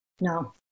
No